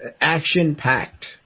action-packed